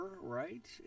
right